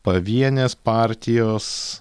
pavienės partijos